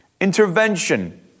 Intervention